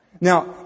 Now